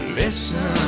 listen